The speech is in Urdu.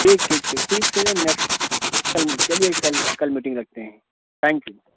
ٹھیک ٹھیک ٹھیک ٹھیک ہے نیکسٹ کل چلیے کل کل میٹنگ رکھتے ہیں تھینک یو